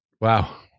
Wow